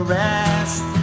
rest